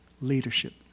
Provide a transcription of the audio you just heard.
leadership